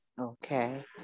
okay